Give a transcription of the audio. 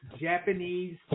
Japanese